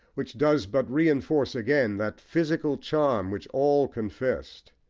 which does but reinforce again that physical charm which all confessed.